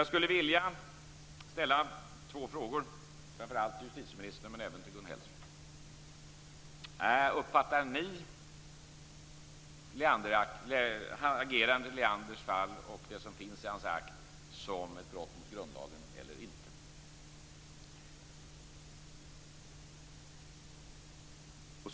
Jag skulle vilja ställa två frågor framför allt till justitieministern men även till Gun Hellsvik: Uppfattar ni agerandet i Leanders fall och det som finns i hans akt som ett brott mot grundlagen eller inte?